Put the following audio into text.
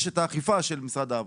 יש את האכיפה של משרד העבודה,